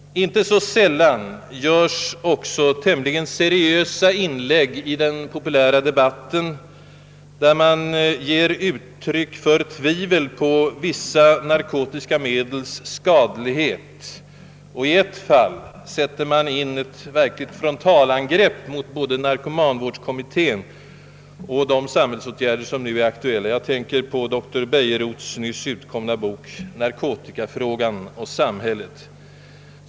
Icke så sällan görs också i den populära debatten tämligen seriösa inlägg, där det ges uttryck för tvivel på vissa narkotiska medels skadlighet. I ett speciellt fall sätter man in ett verkligt frontalangrepp mot narkomanvårdskommittén och de samhällsåtgärder som nu är aktuella. Jag tänker på doktor Bejerots nyss utkomna bok »Narkotikafrågan och samhället».